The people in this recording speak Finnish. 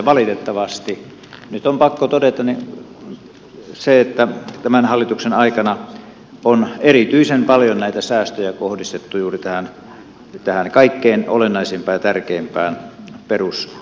valitettavasti nyt on pakko todeta se että tämän hallituksen aikana on erityisen paljon näitä säästöjä kohdistettu juuri tähän kaikkein olennaisimpaan ja tärkeimpään perusopetukseen